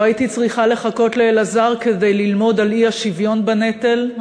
לא הייתי צריכה לחכות לאלעזר כדי ללמוד על האי-שוויון בנטל,